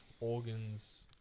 organs